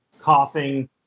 coughing